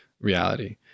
reality